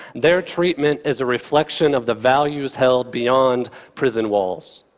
their treatment is a reflection of the values held beyond prison walls.